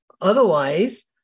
Otherwise